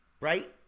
Right